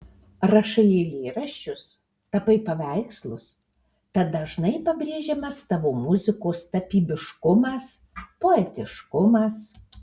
rašai eilėraščius tapai paveikslus tad dažnai pabrėžiamas tavo muzikos tapybiškumas poetiškumas